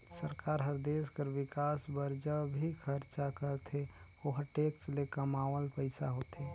सरकार हर देस कर बिकास बर ज भी खरचा करथे ओहर टेक्स ले कमावल पइसा होथे